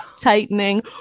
tightening